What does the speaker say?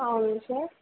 అవును సార్